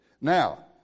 Now